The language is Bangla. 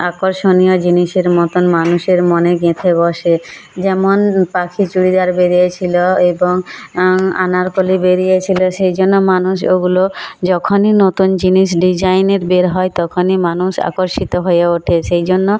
আকর্ষণীয় জিনিসের মতোন মানুষের মনে গেঁথে বসে যেমন পাখি চুড়িদার বেরিয়ে ছিলো এবং আনারকলি বেরিয়ে ছিলো সেই জন্য মানুষ ওগুলো যখনই নতুন জিনিস ডিজাইনের বের হয় তখনই মানুষ আকর্ষিত হয়ে ওঠে সেই জন্য